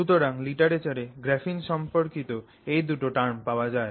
সুতরাং লিটারেচারে গ্রাফিন সম্পর্কিত এই দুটো টার্ম পাওয়া যায়